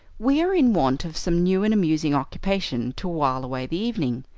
we are in want of some new and amusing occupation to wile away the evening.